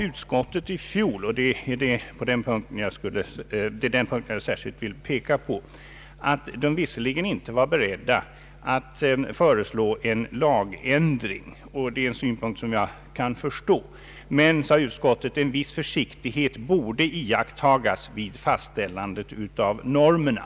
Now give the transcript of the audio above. Utskottet sade i fjol — och det är den punkten jag särskilt vill peka på — att utskottet visserligen inte var berett att föreslå en lagändring — en synpunkt som jag kan förstå — men att viss försiktighet borde iakttagas vid fastställandet av normerna.